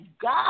God